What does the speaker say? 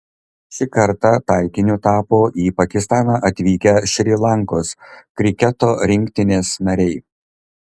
šį kartą taikiniu tapo į pakistaną atvykę šri lankos kriketo rinktinės nariai